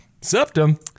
septum